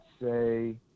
say